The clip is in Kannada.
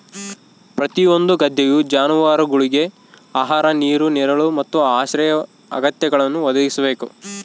ಪ್ರತಿಯೊಂದು ಗದ್ದೆಯು ಜಾನುವಾರುಗುಳ್ಗೆ ಆಹಾರ ನೀರು ನೆರಳು ಮತ್ತು ಆಶ್ರಯ ಅಗತ್ಯಗಳನ್ನು ಒದಗಿಸಬೇಕು